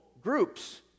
groups